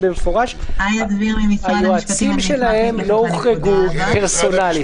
במפורש, היועצים שלהם לא הוחרגו פרסונלית.